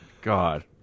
god